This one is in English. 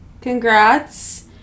congrats